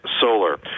solar